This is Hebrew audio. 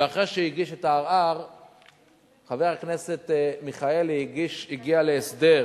ואחרי שהגיש את הערר חבר הכנסת מיכאלי הגיע להסדר